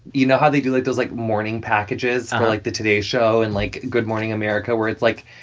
you know how they do, like, those, like, morning packages, like the today show and, like, good morning america, where it's like,